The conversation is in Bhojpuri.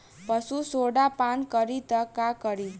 पशु सोडा पान करी त का करी?